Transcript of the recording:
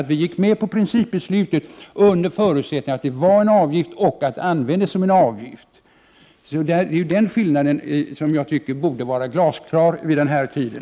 Vi gick med på 15 december 1988 principbeslutet under förutsättning att det handlade om en avgift ochattden ZH - skulle användas som en avgift. Den skillnaden tycker jag borde vara glasklar MijOskad pe binike vid den här tiden.